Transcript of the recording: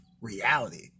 reality